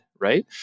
right